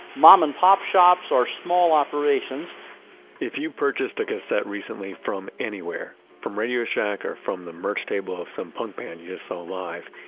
mom-and-pop shops or small operations if you purchased a cassette recently from anywhere, from radio shack, or from the merch table of some punk band you saw alive,